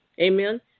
Amen